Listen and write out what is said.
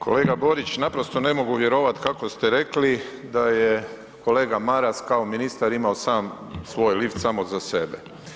Kolega Borić, naprosto ne mogu vjerovati kako ste rekli da je kolega Maras kao ministar imao sam svoj lift samo za sebe.